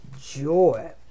joy